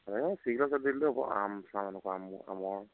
দি দিলেও হ'ব আম চাম এনেকুৱা আম আমৰ